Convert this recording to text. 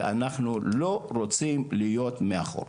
ואנחנו לא רוצים להיות מאחור.